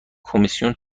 کمیسیون